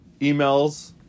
emails